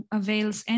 avails